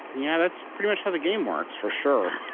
yeah. that's pretty much how the game works, for sure